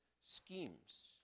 schemes